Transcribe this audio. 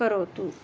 करोतु